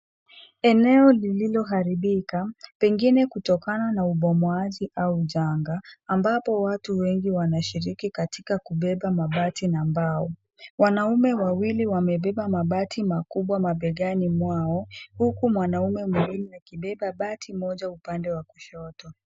Eneo lililoharibika, pengine kutokana na ubomoaji au janga. Ambapo watu wengi wanashiriki katika kubeba mabati na mbao. Wanaume wawili wamebeba mabati makubwa mabegani mwao. Huku mwanaume mwingine akibeba bati moja upande wa kushoto.